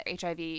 HIV